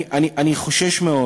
אני חושש מאוד